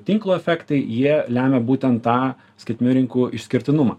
tinklo efektai jie lemia būtent tą skaitnių rinkų išskirtinumą